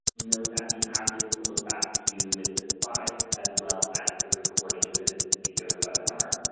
know that you have this to look back to with the slides as well as the recording for this particular webinar.